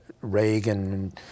Reagan